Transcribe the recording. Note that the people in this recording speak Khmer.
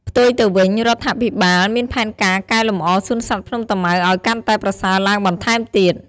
ផ្ទុយទៅវិញ រដ្ឋាភិបាលមានផែនការកែលម្អសួនសត្វភ្នំតាម៉ៅឱ្យកាន់តែប្រសើរឡើងបន្ថែមទៀត។